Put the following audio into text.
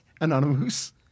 anonymous